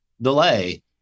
delay